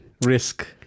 risk